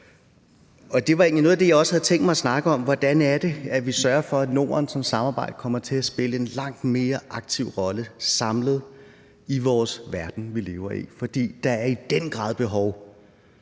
noget af det, jeg havde tænkt mig at snakke om, nemlig hvordan vi sørger for, at Norden som et samarbejde kommer til at spille en langt mere samlet aktiv rolle i vores verden, i den verden, vi lever i, for der er i den grad behov